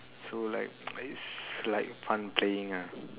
so like it's like fun playing ah